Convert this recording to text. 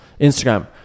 Instagram